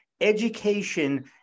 education